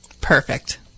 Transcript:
Perfect